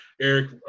Eric